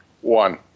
One